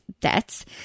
debts